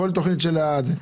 אם כן,